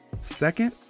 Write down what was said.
Second